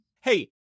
Hey